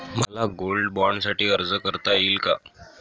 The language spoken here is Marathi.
मला गोल्ड बाँडसाठी अर्ज करता येईल का?